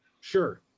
Sure